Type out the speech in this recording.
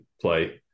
play